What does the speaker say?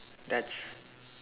that's